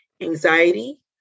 anxiety